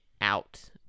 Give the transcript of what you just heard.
out